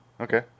Okay